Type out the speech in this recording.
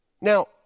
Now